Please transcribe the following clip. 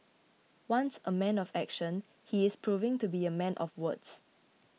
once a man of action he is proving to be a man of words